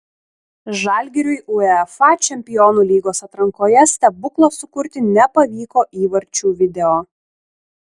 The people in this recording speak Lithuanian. žalgiriui uefa čempionų lygos atrankoje stebuklo sukurti nepavyko įvarčių video